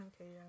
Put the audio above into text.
Okay